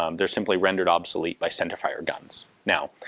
um they're simply rendered obsolete by centrefire guns. now,